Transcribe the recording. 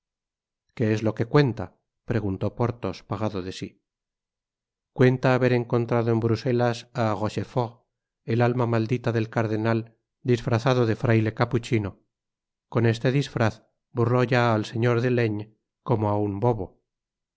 qué es lo que cuenta preguntó porthos pagado de sí cuenta haber encontrado eñ bruselas á rochefbrti el aliña maldita del cardenal disfrazado de fraile capuchino con este disfraz burtó ya al señor de laignes como á un bobo